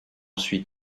suis